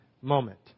moment